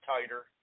tighter